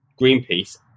Greenpeace